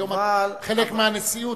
היום את חלק מהנשיאות,